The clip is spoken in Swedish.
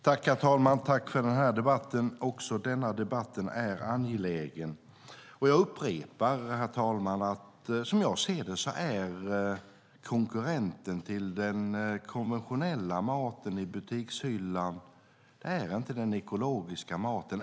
Herr talman! Tack för också den här debatten! Även denna debatt är angelägen. Jag upprepar att konkurrenten till den konventionella maten i butikshyllan som jag ser det inte är den ekologiska maten.